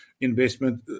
investment